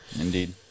Indeed